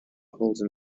holden